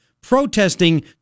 protesting